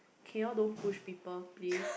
can you all don't push people please